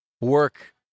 work